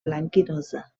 blanquinosa